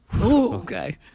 Okay